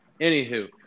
Anywho